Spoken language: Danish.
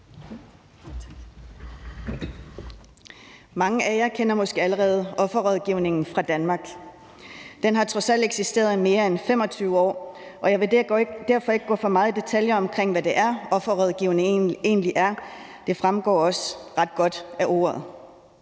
Mange af jer kender måske allerede offerrådgivningen fra Danmark. Den har trods alt eksisteret i mere end 25 år, og jeg vil derfor ikke gå så meget i detaljer om, hvad offerrådgivningen egentlig er. Det fremgår også ret godt af ordet.